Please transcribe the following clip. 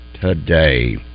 today